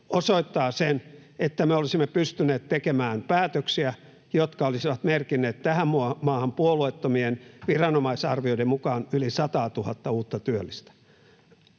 osoittaa sen, että me olisimme pystyneet tekemään päätöksiä, jotka olisivat merkinneet tähän maahan puolueettomien viranomaisarvioiden mukaan yli 100 000:ta uutta työllistä.